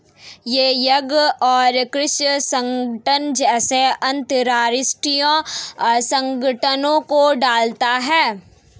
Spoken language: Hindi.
यह खाद्य और कृषि संगठन जैसे अंतरराष्ट्रीय संगठनों को डालता है